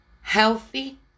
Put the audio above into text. healthy